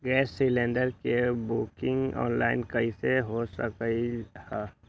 Gas cylinder के booking online कईसे हो सकलई ह?